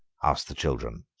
asked the children,